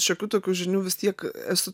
šiokių tokių žinių vis tiek esu